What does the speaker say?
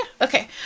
Okay